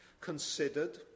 considered